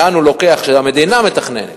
שהמדינה מתכננת,